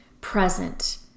present